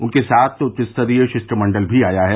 उनके साथ उच्चस्तरीय शिष्टमंडल भी आया है